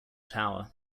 tower